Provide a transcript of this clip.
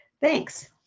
Thanks